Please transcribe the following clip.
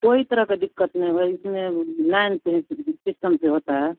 कोई तरह का दिक्कत ने भइ इसमें लाइन से सिस्टम से होता है